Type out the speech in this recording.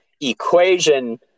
equation